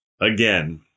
again